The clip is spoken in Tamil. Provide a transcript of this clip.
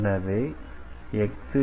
எனவே xrcosθyrsinθ